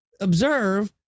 observe